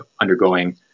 undergoing